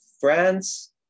France